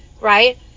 right